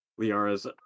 Liara's